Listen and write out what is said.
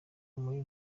muri